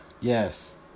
Yes